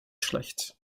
schlecht